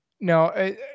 no